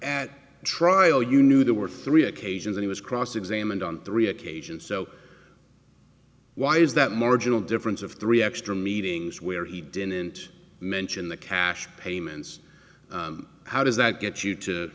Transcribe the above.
at trial you knew there were three occasions he was cross examined on three occasions so why is that marginal difference of three extra meetings where he didn't mention the cash payments how does that get you to